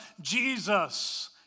Jesus